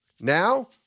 Now